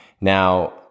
Now